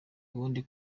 ubundi